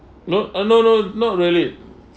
no ah no no not really